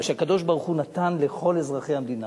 מה שהקדוש-ברוך-הוא נתן לכל אזרחי המדינה,